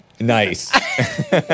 Nice